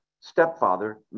stepfather